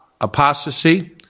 apostasy